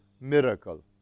miracle